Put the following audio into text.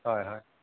হয় হয়